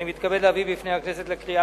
עברה בקריאה